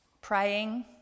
praying